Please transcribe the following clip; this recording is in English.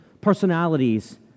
Personalities